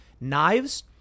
knives